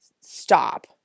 stop